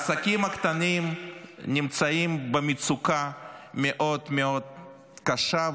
העסקים הקטנים נמצאים במצוקה מאוד מאוד קשה,